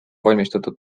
valmistatud